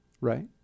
right